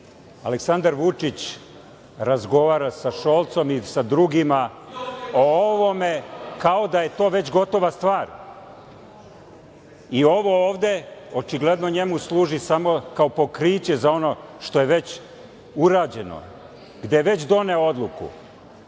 Aleksandar Vučić razgovara sa Šolcom i sa drugima o ovome kao da je to već gotova stvar. I, ovo ovde očigledno njemu služi samo kao pokriće za ono što je već urađeno, gde je već doneo odluku.